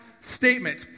statement